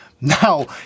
Now